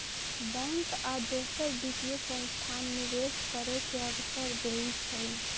bank आ दोसर वित्तीय संस्थान निवेश करे के अवसर देई छई